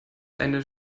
eine